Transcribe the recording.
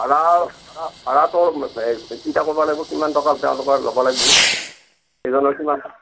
ভাড়া ভাড়া ভাড়াটো অলপ হেৰি চিন্তা কৰিব লাগিব কিমান টকা তেওঁলোকৰ লব লাগিব এজনৰ কিমান টকা